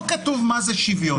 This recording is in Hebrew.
לא כתוב מה זה שוויון.